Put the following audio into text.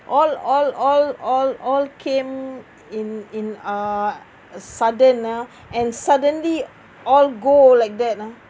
all all all all all came in in uh a sudden nah and suddenly all go like that lah